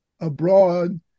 abroad